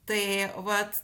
tai vat